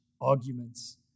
arguments